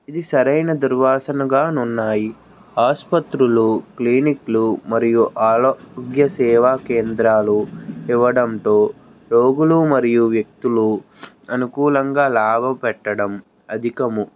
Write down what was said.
ఇది సరైన దుర్వాసనగా నున్నాయి ఆసుపత్రులు క్లినిక్లు మరియు ఆరోగ్య సేవా కేంద్రాలు ఇవ్వడంతో రోగులు మరియు వ్యక్తులు అనుకూలంగా లాభ పెట్టడం అధికము